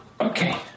Okay